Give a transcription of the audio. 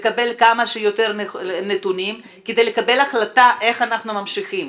לקבל כמה שיותר נתונים כדי לקבל החלטה איך אנחנו ממשיכים.